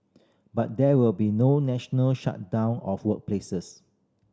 but there will be no national shutdown of workplaces